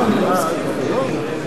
עם כל הכבוד,